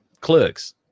clerks